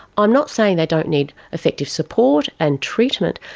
i'm not saying they don't need effective support and treatment,